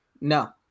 No